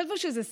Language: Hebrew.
חשבו שזה סטרס,